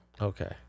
okay